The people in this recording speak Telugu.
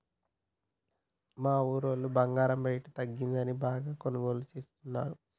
మా ఊరోళ్ళు బంగారం రేటు తగ్గిందని బాగా కొనుగోలు చేస్తున్నరు